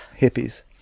Hippies